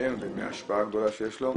מהשם ומההשפעה הגדולה שיש לו.